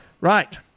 Right